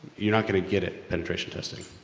you're not gonna get it penetration testing.